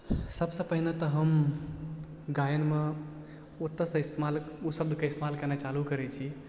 सबसँ पहिने तऽ हम गायनमे ओतऽसँ इस्तेमाल ओ शब्दके इस्तेमाल केनाइ चालू करै छी